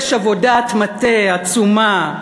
יש עבודת מטה עצומה,